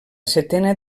setena